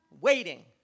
waiting